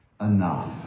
Enough